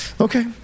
Okay